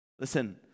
Listen